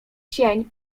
sień